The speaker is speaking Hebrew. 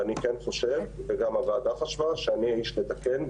ואני כן חושב וגם הוועדה חשבה שאני האיש לתקן,